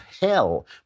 hell